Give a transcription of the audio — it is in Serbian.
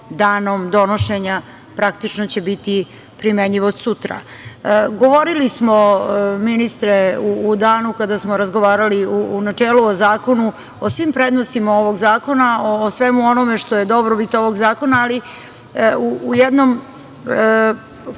danom donošenja. Praktično će biti primenjiv od sutra. Govorili smo, ministre, u danu kada smo razgovarali u načelu o zakonu, o svim prednostima ovog zakona, o svemu onome što je dobrobit ovog zakona, ali u jednom